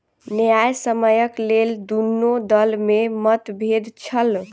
न्यायसम्यक लेल दुनू दल में मतभेद छल